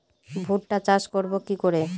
ভুট্টা চাষ করব কি করে?